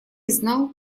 знал